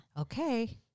Okay